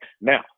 Now